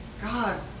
God